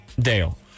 Dale